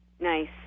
Nice